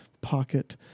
pocket